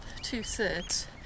two-thirds